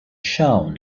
shown